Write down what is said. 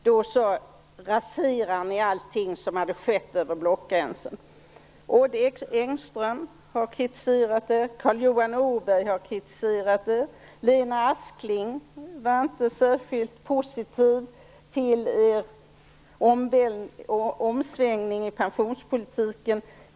Då raserade ni allting som hade skett över blockgränserna. Det har Odd Engström och Carl Johan Åberg kritiserat. Lena Askling var inte särskilt positiv till omsvängningen i pensionspolitiken.